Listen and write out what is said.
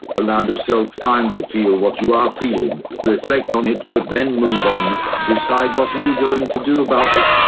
allow yourself time to feel what you are feeling, reflect on it but then move on. decide what are you going to do about it.